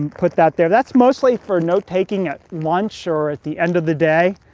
put that there. that's mostly for note-taking at lunch, or at the end of the day.